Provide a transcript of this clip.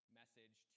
message